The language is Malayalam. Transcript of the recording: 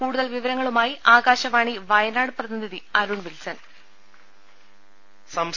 കൂടുതൽ വിവരങ്ങളുമായി ആകാശവാണി വയനാട് പ്രതിനിധി അരുൺ വിൻസെന്റ്